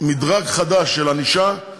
מדרג חדש של ענישה,